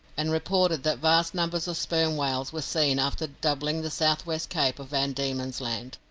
and reported that vast numbers of sperm whales were seen after doubling the south-west cape of van diemen's land.